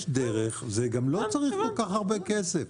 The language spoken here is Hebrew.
יש דרך וגם לא צריך כל-כך הרבה כסף.